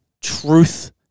truth